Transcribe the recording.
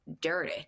dirty